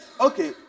Okay